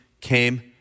came